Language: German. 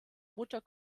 mutter